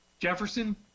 Jefferson